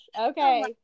Okay